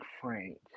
Frank